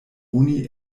oni